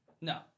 No